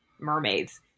mermaids